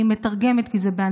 אני מתרגמת, כי זה באנגלית: